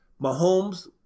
Mahomes